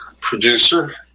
producer